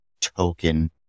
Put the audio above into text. token